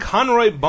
Conroy